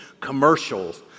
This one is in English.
commercials